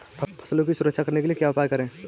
फसलों की सुरक्षा करने के लिए क्या उपाय करें?